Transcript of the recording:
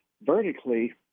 Vertically